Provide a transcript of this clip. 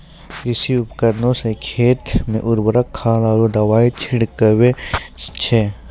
कृषि उपकरण सें खेत मे उर्वरक खाद आरु दवाई छिड़कावै छै